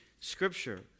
Scripture